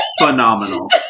phenomenal